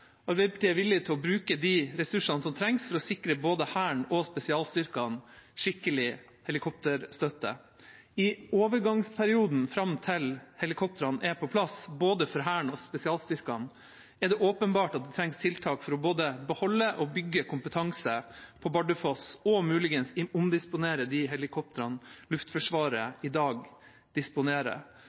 Arbeiderpartiet er villig til å bruke de ressursene som trengs for å sikre både Hæren og spesialstyrkene skikkelig helikopterstøtte. I overgangsperioden fram til helikoptrene er på plass for både Hæren og spesialstyrkene, er det åpenbart at det trengs tiltak for å både beholde og bygge kompetanse på Bardufoss og muligens omdisponere de helikoptrene Luftforsvaret i dag disponerer.